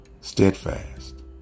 steadfast